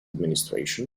administration